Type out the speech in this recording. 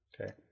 okay